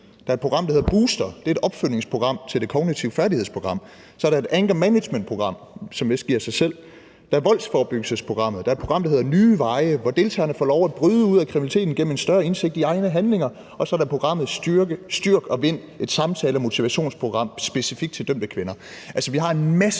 Der er et program, der hedder »Booster«. Det er et opfølgningsprogram til »Det Kognitive Færdighedsprogram«. Så er der et program om »Anger Management«, som vist giver sig selv. Der er programmet om »Integreret Voldsforebyggelse«. Der er et program, der hedder »Nye Veje«, hvor deltagerne får lov at bryde ud af kriminaliteten gennem en større indsigt i egne handlinger. Og så er der programmet »Styrk og Vind«, et samtale- og motivationsprogram specifikt til dømte kvinder. Altså, vi har en masse